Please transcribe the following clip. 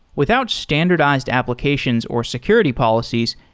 without standardized applications or security policies,